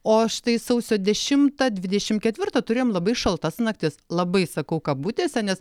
o štai sausio dešimtą dvidešim ketvirtą turėjom labai šaltas naktis labai sakau kabutėse nes